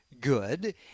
good